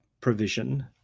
provision